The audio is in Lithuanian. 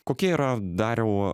kokia yra dariau